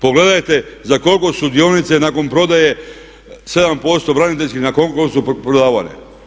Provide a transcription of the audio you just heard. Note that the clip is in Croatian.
Pogledajte za koliko su dionice nakon prodaje 7% braniteljskih na koliko su prodavane.